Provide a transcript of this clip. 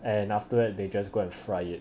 and afterward they just go and fry it